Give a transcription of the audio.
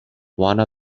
one